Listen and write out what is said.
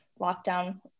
lockdown